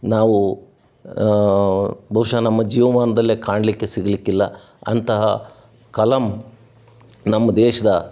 ನಾವು ಬಹುಶಃ ನಮ್ಮ ಜೀವಮಾನ್ದಲ್ಲೇ ಕಾಣಲಿಕ್ಕೆ ಸಿಗಲಿಕ್ಕಿಲ್ಲ ಅಂತಹ ಕಲಾಂ ನಮ್ಮ ದೇಶದ